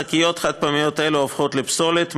השקיות החד-פעמיות האלה הופכות לפסולת,